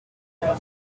iraba